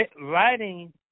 writing